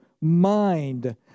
mind